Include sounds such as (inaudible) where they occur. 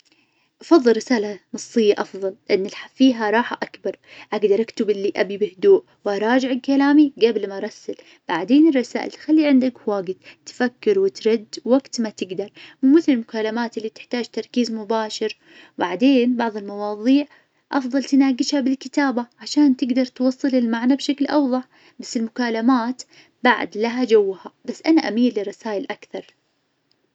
أفظل رسالة نصية أفظل لأن (hesitation) فيها راحة أكبر أقدر أكتب اللي أبي بهدوء، وأراجع كلامي قبل ما أرسل. بعدين الرسائل تخلي عندك وقت تفكر وترد وقت ما تقدر مو مثل المكالمات اللي تحتاج تركيز مباشر. بعدين بعض المواظيع أفظل تناقشها بالكتابة عشان توصل المعنى بشكل اوظح. بس المكالمات بعد لها جوها بس أنا أميل للرسايل أكثر.